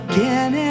Again